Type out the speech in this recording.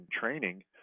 training